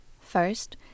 First